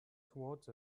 towards